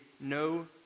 no